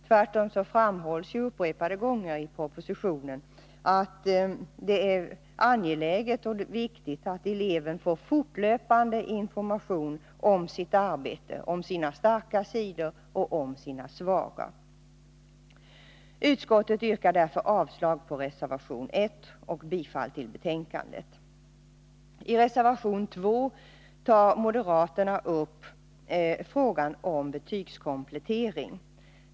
Tvärtom framhålls upprepade gånger i propositionen att det är angeläget och viktigt att eleven får fortlöpande information om sitt arbete - om sina starka sidor och om sina svaga. Jag yrkar därför avslag på reservation 1 och bifall till utskottets hemställan. I reservation 2 tar moderaterna upp frågan om betygskomplettering.